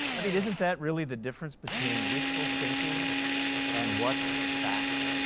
i mean isn't that really the difference between wishful thinking and what's the fact?